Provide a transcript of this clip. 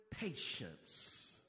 patience